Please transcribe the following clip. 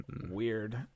weird